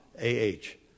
A-H